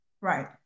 Right